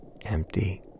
empty